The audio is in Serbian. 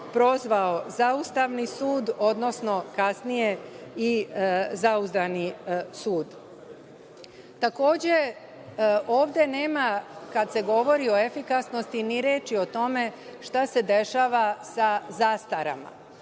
prozvao Zaustavni sud, odnosno kasnije i Zauzdani sud. Takođe, ovde nema, kada se govori o efikasnosti, ni reči o tome šta se dešava sa zastarama.